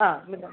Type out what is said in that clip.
ആഹ്